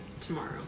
tomorrow